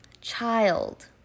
Child